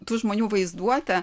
tų žmonių vaizduotę